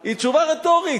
היא תשובה רטורית,